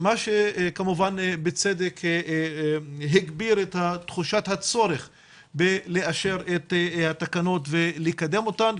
מה שבצדק הגביר את תחושת הצורך לאשר את התקנות ולקדם את אותן,